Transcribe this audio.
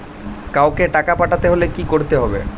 কাওকে টাকা পাঠাতে হলে কি করতে হবে?